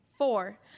Four